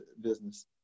business